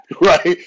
right